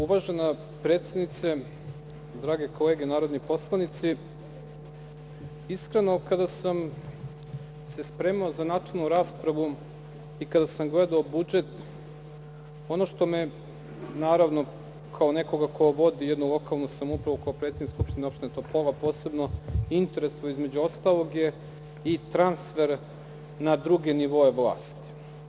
Uvažena predsednice, drage kolege narodni poslanici, iskreno, kada sam se spremao za načelnu raspravu i kada sam gledao budžet, ono što me je naravno kao nekoga ko vodi jednu lokalnu samoupravu, kao predsednik Skupštine opštine Topola posebno interesuje između ostalog je i transfer na druge nivoe vlasti.